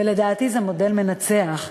ולדעתי זה מודל מנצח.